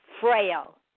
frail